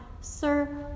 Sir